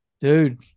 dude